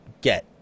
get